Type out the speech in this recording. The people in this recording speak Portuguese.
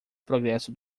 progresso